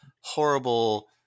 horrible